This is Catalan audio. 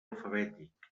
alfabètic